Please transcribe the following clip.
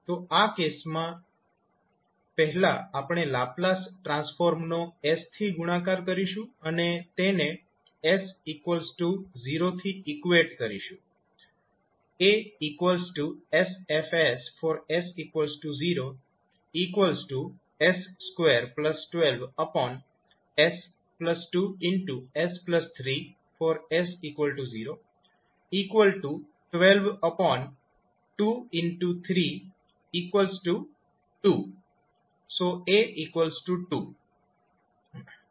તો આ કેસમાં પહેલા આપણે લાપ્લાસ ટ્રાન્સફોર્મનો s થી ગુણાકાર કરીશું અને તેને s0 થી ઈકવેટ કરીશું